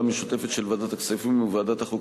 המשותפת של ועדת הכספים וועדת החוקה,